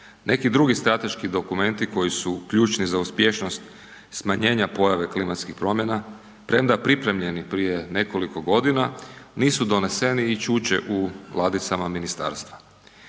Neki drugi strateški dokumenti koji su ključni za uspješnost smanjenja pojave klimatskih promjena premda pripremljeni prije nekoliko godina, nisu doneseni i čuče u ladicama ministarstva.